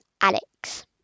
Alex